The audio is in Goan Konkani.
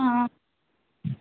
आं